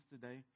today